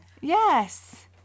Yes